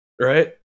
Right